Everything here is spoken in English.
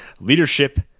Leadership